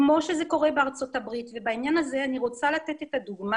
כמו שזה קורה בארצות הברית ובעניין הזה אני רוצה לתת את הדוגמה